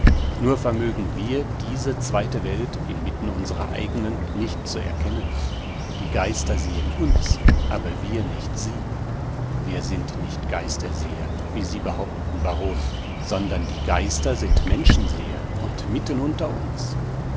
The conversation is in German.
nur vermögen wir diese zweite welt inmitten unserer eigenen nicht zu erkennen die geister sehen uns aber wir nicht sie wir sind nicht geisterseher wie sie behaupten baron sondern die geister sind menschenseher und mitten unter uns